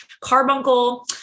Carbuncle